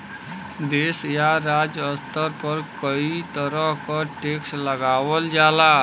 देश या राज्य स्तर पर कई तरह क टैक्स लगावल जाला